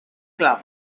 club